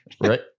right